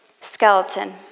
skeleton